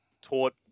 taught